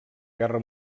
guerra